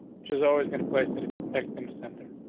which is always gonna place that it text in the center.